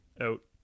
out